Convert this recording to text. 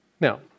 Now